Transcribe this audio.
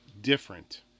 Different